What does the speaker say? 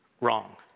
wrong